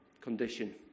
condition